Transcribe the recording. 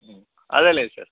అదే లే సార్